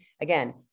again